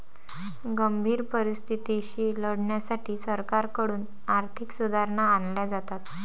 गंभीर परिस्थितीशी लढण्यासाठी सरकारकडून आर्थिक सुधारणा आणल्या जातात